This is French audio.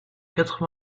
quatre